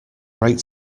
great